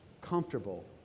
comfortable